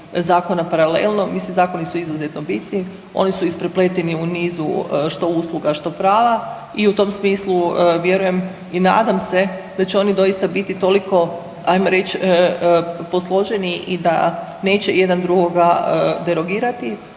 zakona paralelno. Mislim zakoni su izuzetno bitni, oni su isprepleteni u nizu što usluga, što prava i u tom smislu vjerujem i nadam se da će oni biti toliko ajmo reći posloženi i da neće jedan drugoga derogirati